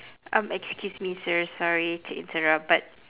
um excuse me sir sorry to interrupt but